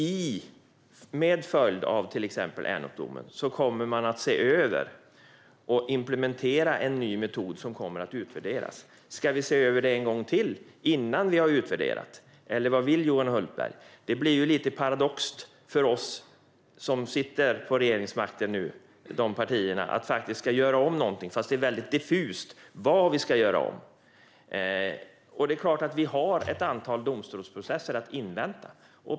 Till följd av till exempel Änokdomen kommer man att se över och implementera en ny metod som kommer att utvärderas. Ska vi se över det en gång till innan vi har utvärderat? Eller vad vill Johan Hultberg? Det blir ju lite paradoxalt för de partier som sitter på regeringsmakten att göra om någonting fast det är väldigt diffust vad vi ska göra om. Det är klart att det finns ett antal domstolsprocesser att invänta.